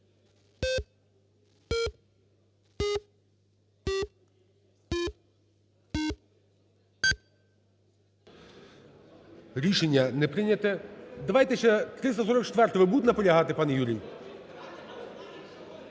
Рішення не прийняте. Давайте ще 344-у. Ви будете наполягати, пане Юрію?